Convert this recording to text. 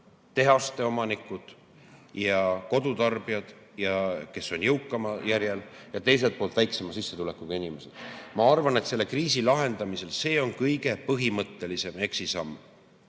tehaste omanikud ja kodutarbijad, kes on jõukamal järjel, ning teisel pool on väiksema sissetulekuga inimesed. Ma arvan, et selle kriisi lahendamisel on see kõige põhimõttelisem eksisamm,